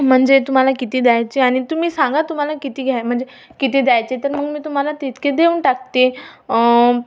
म्हणजे तुम्हाला किती द्यायचे आणि तुम्ही सांगा तुम्हाला किती घ्या म्हणजे किती द्यायचे तर मग मी तुम्हाला तितके देऊन टाकते